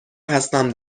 هستم